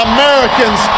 Americans